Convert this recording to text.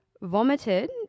vomited